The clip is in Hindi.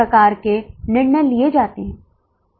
अब परिवर्तनीय लागत क्या है